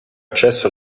accesso